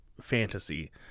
fantasy